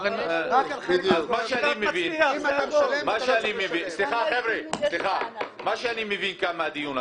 שאני מבין כאן מהדיון הזה,